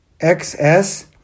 XS